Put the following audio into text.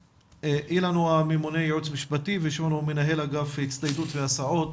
אילן הוא ממונה ייעוץ משפטי ושמעון הוא מנהל אגף הצטיידות והסעות.